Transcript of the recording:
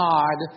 God